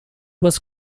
was